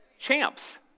Champs